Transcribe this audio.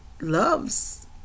loves